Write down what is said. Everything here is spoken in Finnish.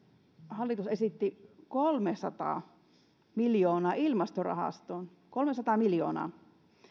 hallitus esitti kolmesataa miljoonaa ilmastorahastoon kolmesataa miljoonaa